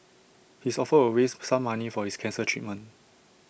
his offer will raise some money for his cancer treatment